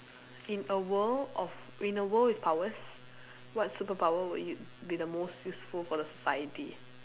in a world of in a world with powers what superpower would y~ be the most useful for the society